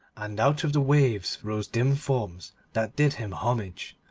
and out of the waves rose dim forms that did him homage.